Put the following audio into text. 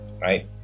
right